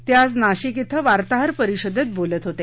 ते आज नाशिक येथे वार्ताहर परिषदेत बोलत होते